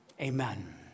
Amen